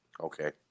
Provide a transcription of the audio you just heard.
Okay